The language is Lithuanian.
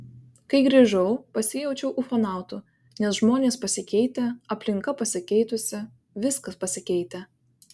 kai grįžau pasijaučiau ufonautu nes žmonės pasikeitę aplinka pasikeitusi viskas pasikeitę